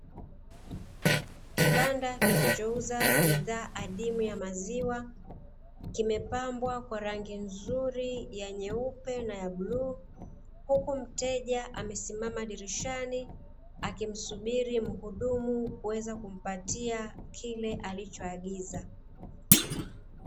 Kibanda kinachouza bidhaa adimu ya maziwa, kimepambwa kwa rangi nzuri ya nyeupe na ya bluu, huku mteja amesimama dirishani akimsubiri muhudumu kuweza kumpatia kile alichomuagiza.